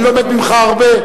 אני לומד ממך הרבה.